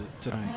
tonight